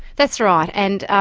that's right and,